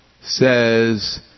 says